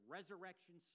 Resurrection